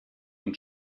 und